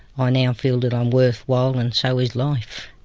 ah now feel that i'm worthwhile and so is life